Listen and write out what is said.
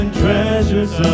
treasures